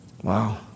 Wow